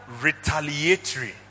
retaliatory